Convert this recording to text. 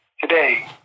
today